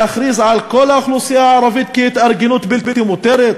להכריז על כל האוכלוסייה הערבית כהתארגנות בלתי מותרת?